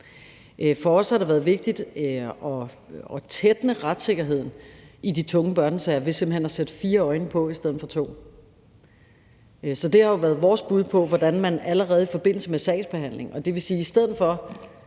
For os har det været vigtigt at tætne retssikkerheden i de tunge børnesager ved simpelt hen at sætte fire øjne på i stedet for to. Det har været vores bud på, hvordan man, i stedet for at man, først efter skaden er